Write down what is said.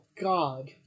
God